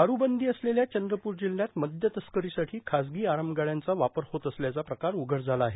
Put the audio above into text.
दारुबंदी असलेल्या चंद्रपूर जिल्ह्यात मद्य तस्करीसाठी खासगी आरामगाड्यांचा वापर होत असल्याचा प्रकार उघड झाला आहे